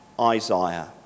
Isaiah